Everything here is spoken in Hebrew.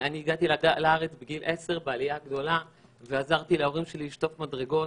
הגעתי לארץ בגיל עשר בעלייה הגדולה ועזרתי להורים שלי לשטוף מדרגות,